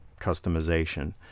customization